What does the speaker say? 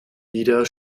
wieder